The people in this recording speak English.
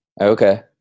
Okay